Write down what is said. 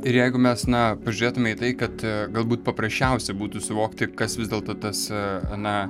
ir jeigu mes na pažiūrėtume į tai kad galbūt paprasčiausia būtų suvokti kas vis dėlto tas na